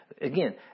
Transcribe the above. again